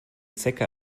zecke